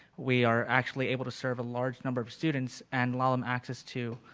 we are actually able to serve a large number of students and loan um access to